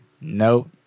Nope